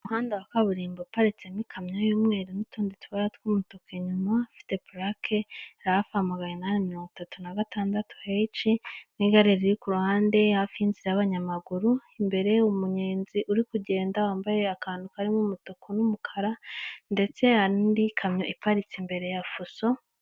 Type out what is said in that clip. Umuhanda wa kaburimbo uparitsemo ikmayo y'umweru, n'utundi tubara tw'umutuku inyuma, ifite puraka rafa magana inani na mirongo itatu na gatandatu heci, n'igare riri ku ruhande hafi y'inzira y'abanyamaguru, imbere umunyenzi uri kugenda wambaye akantu karimo umutuku n'umukara, ndetse hari indi kamyo iparitse imbere ya fuso.